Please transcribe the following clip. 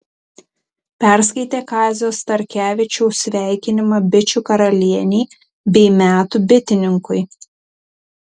perskaitė kazio starkevičiaus sveikinimą bičių karalienei bei metų bitininkui